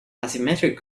asymmetric